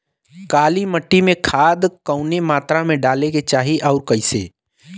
काली मिट्टी में खाद कवने मात्रा में डाले के चाही अउर कइसे?